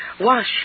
Wash